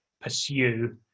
pursue